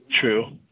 True